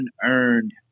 unearned